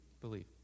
Believe